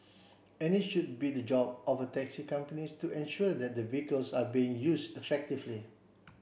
and it should be the job of taxi companies to ensure that the vehicles are being used effectively